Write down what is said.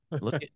look